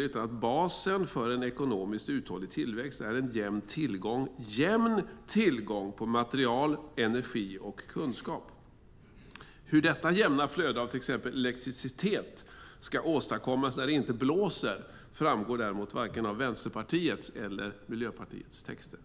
Persson att basen för en ekonomiskt uthållig tillväxt är en jämn tillgång till material, energi och kunskap. Hur detta jämna flöde av till exempel elektricitet ska åstadkommas när det inte blåser framgår däremot varken av Vänsterpartiets eller av Miljöpartiets texter.